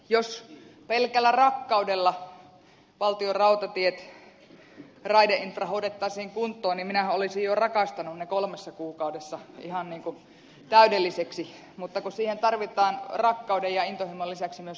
jos pelkällä rakkaudella valtionrautatiet raideinfra hoidettaisiin kuntoon niin minähän olisin jo rakastanut ne kolmessa kuukaudessa ihan niin kuin täydellisiksi mutta kun siihen tarvitaan rakkauden ja intohimon lisäksi myös rahaa